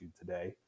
Today